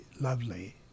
lovely